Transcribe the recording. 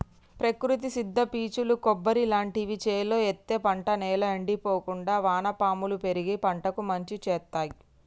ప్రకృతి సిద్ద పీచులు కొబ్బరి లాంటివి చేలో ఎత్తే పంట నేల ఎండిపోకుండా వానపాములు పెరిగి పంటకు మంచి శేత్తాయ్